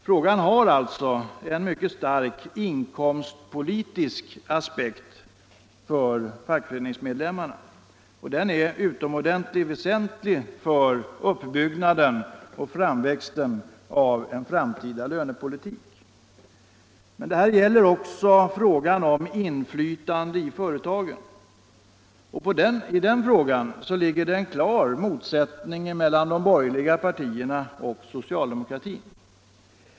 Frågan har alltså en mycket klar inkomstpolitisk aspekt för fackföreningsmedlemmarna, och den är utomordentlig väsentlig för uppbyggnaden och framväxten av en framtida lönepolitik. Men här gäller det också frågan om inflytande i företagen, och i den frågan föreligger det en klar motsättning mellan de borgerliga partierna och socialdemokratin.